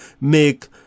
make